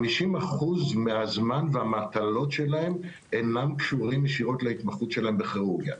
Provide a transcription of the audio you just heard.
50% מהזמן והמטלות שלהם אינם קשורים ישירות להתמחות שלהם בכירורגיה.